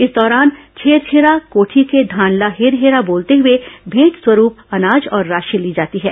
इस दौरान छेरछेरा कोठी के धान ल हेर हेरा बोलते हुए भेंट स्वरूप अनाज और राशि ली जाती है